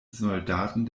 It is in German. soldaten